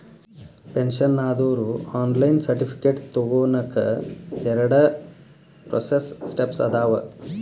pension ಆದೋರು online certificate ತೊಗೋನಕ ಎರಡ ಪ್ರೋಸೆಸ್ ಸ್ಟೆಪ್ಸ್ ಅದಾವ